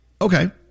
Okay